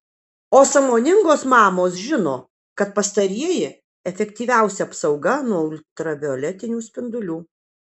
o sąmoningos mamos žino kad pastarieji efektyviausia apsauga nuo ultravioletinių spindulių